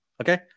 Okay